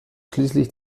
schließlich